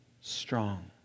strong